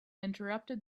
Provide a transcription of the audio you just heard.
interrupted